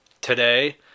today